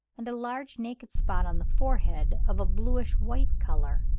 and a large naked spot on the forehead of a bluish-white colour.